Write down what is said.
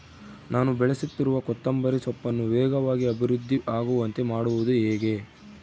ನಾನು ಬೆಳೆಸುತ್ತಿರುವ ಕೊತ್ತಂಬರಿ ಸೊಪ್ಪನ್ನು ವೇಗವಾಗಿ ಅಭಿವೃದ್ಧಿ ಆಗುವಂತೆ ಮಾಡುವುದು ಹೇಗೆ?